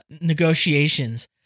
negotiations